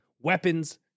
weapons